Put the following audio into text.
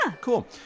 Cool